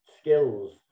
skills